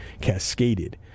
cascaded